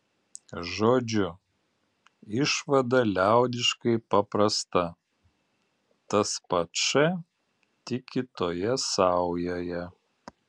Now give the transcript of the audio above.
žodžiu išvada liaudiškai paprasta tas pats š tik kitoje saujoje